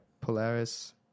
Polaris